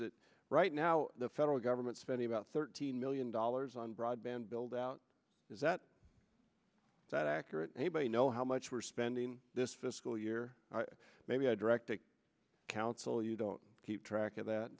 that right now the federal government spending about thirteen million dollars on broadband buildout is that that accurate anybody know how much we're spending this fiscal year maybe i direct a council you don't keep track of that